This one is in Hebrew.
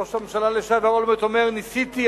ראש הממשלה לשעבר אולמרט אומר: ניסיתי,